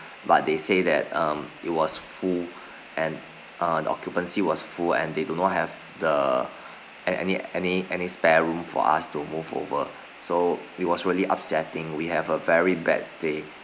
but they say that um it was full and uh the occupancy was full and they do not have the any any any spare room for us to move over so it was really upsetting we have a very bad stay